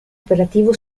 operativo